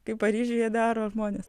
kaip paryžiuje daro žmonės